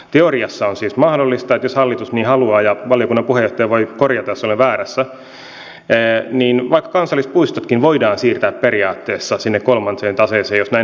teoriassa on siis mahdollista että jos hallitus niin haluaa ja valiokunnan puheenjohtaja voi korjata jos olen väärässä niin vaikka kansallispuistotkin voidaan siirtää periaatteessa sinne kolmanteen taseeseen jos näin halutaan